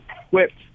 equipped